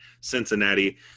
Cincinnati